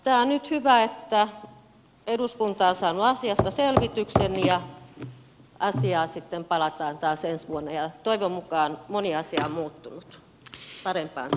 on nyt hyvä että eduskunta on saanut asiasta selvityksen ja asiaan sitten palataan taas ensi vuonna ja toivon mukaan moni asia on muuttunut parempaan suuntaan